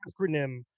acronym